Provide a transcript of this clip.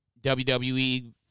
WWE